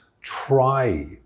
try